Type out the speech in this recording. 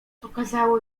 okazało